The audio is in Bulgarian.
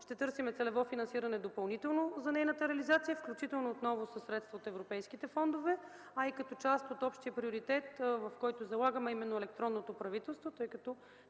Ще търсим целево финансиране допълнително за нейната реализация, включително отново със средства от европейските фондове, а и като част от общия приоритет, в който залагаме електронното правителство, тъй като